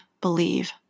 believe